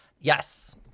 Yes